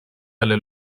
alle